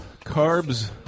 carbs